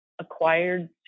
acquired